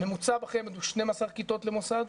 הממוצע בחמ"ד הוא 12 כיתות למוסד,